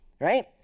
right